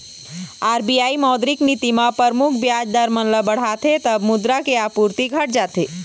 RBI मौद्रिक नीति म परमुख बियाज दर मन ल बढ़ाथे तब मुद्रा के आपूरति घट जाथे